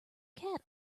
cat